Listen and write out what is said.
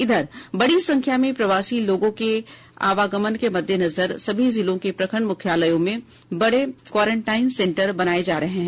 इधर बड़ी संख्या में प्रवासी लोगों के आगमन के मददेनजर सभी जिलों के प्रखंड मुख्यालयों में बड़े क्वराइंटिन सेंटर बनाये जा रहे हैं